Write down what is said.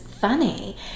funny